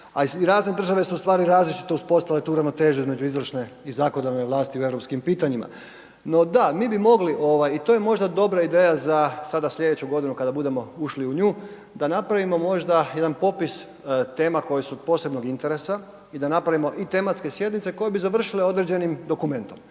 razne države su u stvari različito uspostavile tu ravnotežu između izvršne i zakonodavne vlasti u europskim pitanjima. No, da, mi bi mogli i to je možda dobra ideja za sada slijedeću godinu kada budemo ušli u nju, da napravimo možda jedan popis tema koja se od posebnog interesa i da napravimo i tematske sjednice koje bi završile određenim dokumentom,